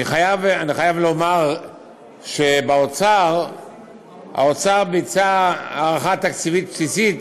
אני חייב לומר שהאוצר ביצע הערכה תקציבית בסיסית